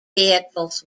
vehicles